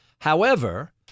However-